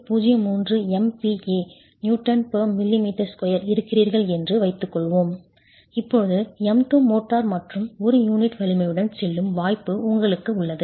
03 MPa Nmm2 இருக்கிறீர்கள் என்று வைத்துக் கொள்வோம் அப்போது M2 மோட்டார் மற்றும் ஒரு யூனிட் வலிமையுடன் செல்லும் வாய்ப்பு உங்களுக்கு உள்ளது